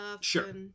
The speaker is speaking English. Sure